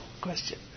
question